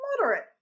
moderate